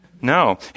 no